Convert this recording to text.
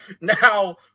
Now